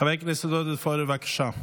חבר הכנסת עודד פורר, בבקשה.